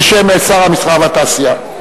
בשם שר המסחר והתעשייה.